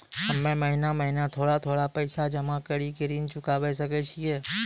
हम्मे महीना महीना थोड़ा थोड़ा पैसा जमा कड़ी के ऋण चुकाबै सकय छियै?